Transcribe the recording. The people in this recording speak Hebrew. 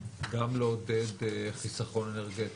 גם לעודד חיסכון אנרגטי,